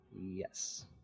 Yes